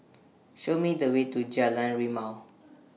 Show Me The Way to Jalan Rimau